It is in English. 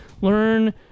learn